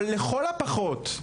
אבל לכל הפחות,